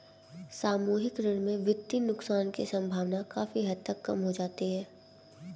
सामूहिक ऋण में वित्तीय नुकसान की सम्भावना काफी हद तक कम हो जाती है